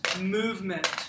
movement